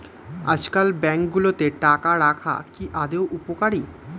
আজকাল ব্যাঙ্কগুলোতে টাকা রাখা কি আদৌ উপকারী?